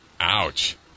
Ouch